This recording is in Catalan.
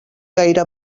gaire